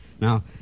Now